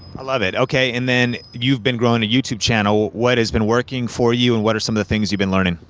i love it. okay, and then you've been growing a youtube channel, what has been working for you and what are some of the things you've been learning?